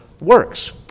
works